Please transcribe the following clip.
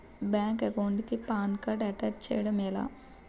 Bank account కి PAN card attach చేయడం ఎలా?